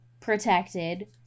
protected